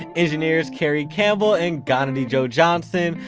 engineers cari campbell and galnadgee joe-johnson,